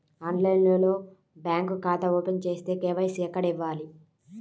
ఆన్లైన్లో బ్యాంకు ఖాతా ఓపెన్ చేస్తే, కే.వై.సి ఎక్కడ ఇవ్వాలి?